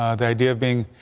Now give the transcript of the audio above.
ah the idea of being.